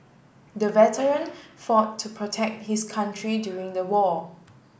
the veteran fought to protect his country during the war